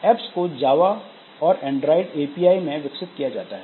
apps को Java और Android API में विकसित किया जाता है